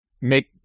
make